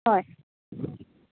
हय